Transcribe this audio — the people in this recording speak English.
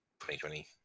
2020